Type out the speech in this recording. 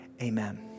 amen